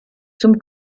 zum